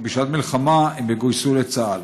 ובשעת מלחמה הם יגויסו לצה"ל.